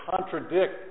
contradict